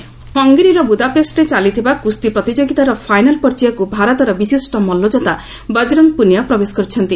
wrestling ହଙ୍ଗେରୀର ବୁଦାପେଷ୍ଟରେ ଚାଲିଥିବା କୁସ୍ତି ପ୍ରତିଯୋଗିତାର ଫାଇନାଲ ପର୍ଯ୍ୟାୟକୁ ଭାରତର ବିଶିଷ୍ଟ ମଲ୍ଲ ଯୋଦ୍ଧା ବଜରଙ୍ଗ ପୁନିଆ ପ୍ରବେଶ କରିଛନ୍ତି